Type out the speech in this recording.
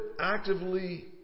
actively